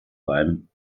beim